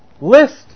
list